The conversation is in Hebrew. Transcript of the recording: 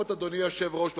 אדוני היושב-ראש,